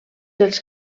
els